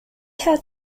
had